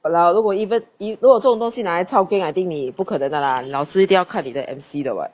!walao! 如果 even 如果这种东西拿来 chao keng I think 你不可能的 lah 你老师一定要看你的 M_C 的 [what]